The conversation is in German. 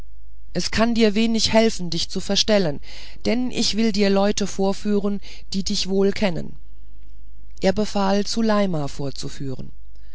es kann dir wenig helfen dich zu verstellen denn ich will dir leute vorführen die dich wohl kennen er befahl zuleima vorzuführen